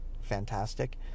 fantastic